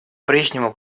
прежнему